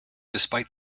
despite